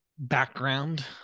background